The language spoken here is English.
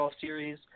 series